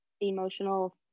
emotional